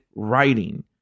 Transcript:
writing